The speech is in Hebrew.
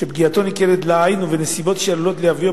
שפגיעתו ניכרת לעין ובנסיבות שעלולות להביאו